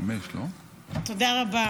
תודה רבה.